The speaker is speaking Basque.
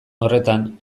horretan